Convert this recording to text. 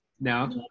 now